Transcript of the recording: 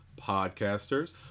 podcasters